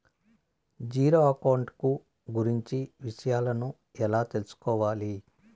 Zero account కు గురించి విషయాలను ఎలా తెలుసుకోవాలి?